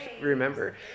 remember